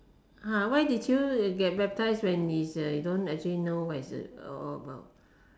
!huh! why did you get baptized when is uh you don't actually know what is it all about